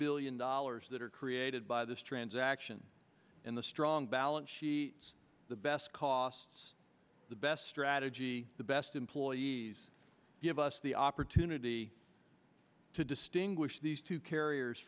billion dollars that are created by this transaction in the strong balance the best cost the best strategy the best employees give us the opportunity to distinguish these two carriers